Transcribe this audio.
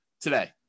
today